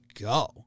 go